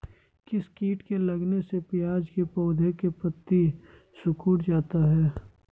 किस किट के लगने से प्याज के पौधे के पत्ते सिकुड़ जाता है?